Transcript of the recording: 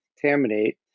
contaminate